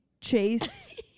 chase